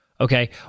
Okay